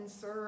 serve